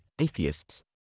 atheists